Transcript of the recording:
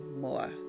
more